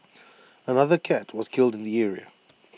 another cat was killed in the area